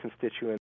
constituents